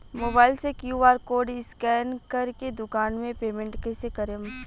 Mobile से Q R code scan कर के दुकान मे पेमेंट कईसे करेम?